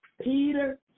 Peter